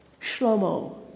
Shlomo